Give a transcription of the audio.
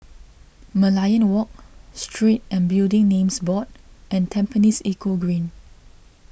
Merlion Walk Street and Building Names Board and Tampines Eco Green